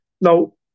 No